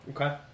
Okay